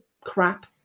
crap